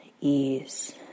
Ease